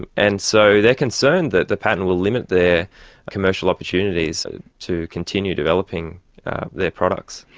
and and so they're concerned that the patent will limit their commercial opportunities to continue developing their products.